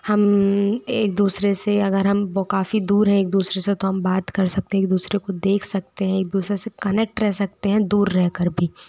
हम एक दूसरे से अगर हम ब काफ़ी दूर हैं एक दूसरे से तो हम बात कर सकते हैं एक दूसरे को देख सकते हैं एक दूसरे से कनेक्ट रह सकते हैं दूर रहकर भी